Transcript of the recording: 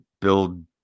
build